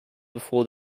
before